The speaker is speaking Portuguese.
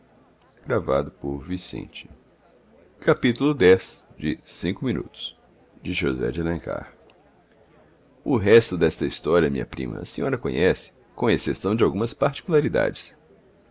o paquete sumiu-se no horizonte o resto desta história minha prima a senhora conhece com exceção de algumas particularidades